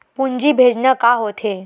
पूंजी भेजना का होथे?